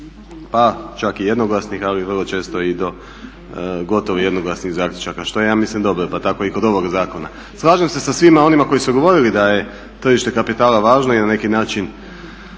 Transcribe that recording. do čak i jednoglasnih, ali i vrlo često i do gotovo jednoglasnih zaključaka što ja mislim da je dobro, pa tako i kod ovoga zakona. Slažem se sa svima onima koji su govorili da je tržište kapitala važno i na neki način